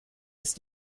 ist